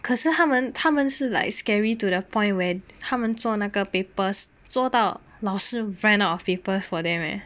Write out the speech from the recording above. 可是他们他们是 like scary to the point where 他们做那个 papers 做到老师 ran out of papers for them leh